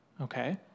Okay